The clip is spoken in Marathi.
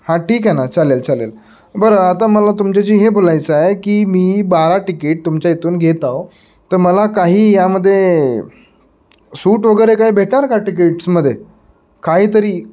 हां ठीक आहे ना चालेल चालेल बरं आता मला तुमच्याशी हे बोलायचं आहे की मी बारा तिकीट तुमच्या इथून घेत आहो तर मला काही यामध्ये सूट वगैरे काय भेटणार का तिकीट्समध्ये काहीतरी